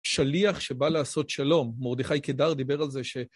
שליח שבא לעשות שלום, מרדכי קדר דיבר על זה ש...